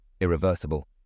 irreversible